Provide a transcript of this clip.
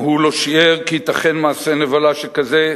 גם הוא לא שיער שייתכן מעשה נבלה שכזה,